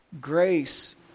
grace